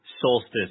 Solstice